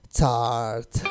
tart